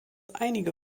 einige